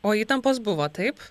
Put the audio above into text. o įtampos buvo taip